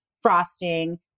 frosting